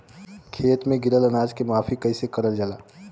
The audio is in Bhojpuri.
खेत में गिरल अनाज के माफ़ी कईसे करल जाला?